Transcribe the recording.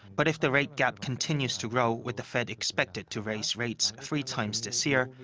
but if the rate gap continues to grow, with the fed expected to raise rates three times this year,